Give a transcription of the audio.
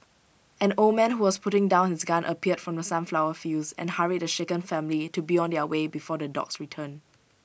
an old man who was putting down his gun appeared from the sunflower fields and hurried the shaken family to be on their way before the dogs return